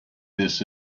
this